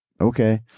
okay